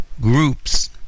groups